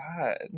God